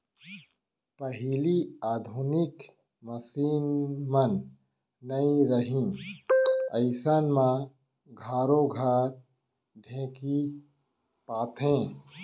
पहिली आधुनिक मसीन मन नइ रहिन अइसन म घरो घर ढेंकी पातें